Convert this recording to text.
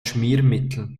schmiermittel